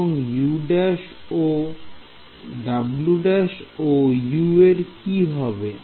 এবং W′ ও U এর কি হবে